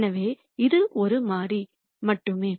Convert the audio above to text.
எனவே இது ஒரு மாறி மட்டுமே